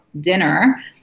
dinner